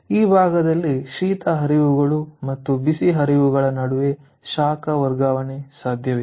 ಈ ಭಾಗದಲ್ಲಿ ಶೀತ ಹರಿವುಗಳು ಮತ್ತು ಬಿಸಿ ಹರಿವುಗಳ ನಡುವೆ ಶಾಖ ವರ್ಗಾವಣೆ ಸಾಧ್ಯವಿದೆ